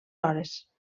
hores